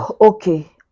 okay